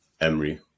Emery